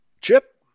chip